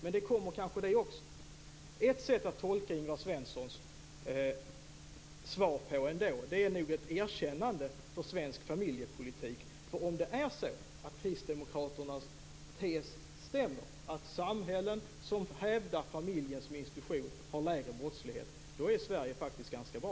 Med det kommer kanske också. Ett sätt att tolka Ingvar Svenssons svar är nog att det var ett erkännande av svensk familjepolitik. Om Kristdemokraternas tes stämmer, att samhällen som hävdar familjen som institution har lägre brottslighet, är Sverige nämligen faktiskt ganska bra.